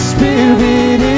Spirit